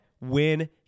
win